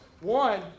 One